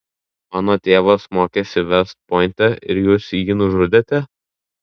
mano tėvas mokėsi vest pointe ir jūs jį nužudėte